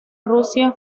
rusia